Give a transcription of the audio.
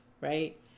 right